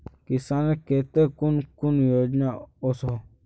किसानेर केते कुन कुन योजना ओसोहो?